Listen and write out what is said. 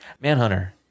Manhunter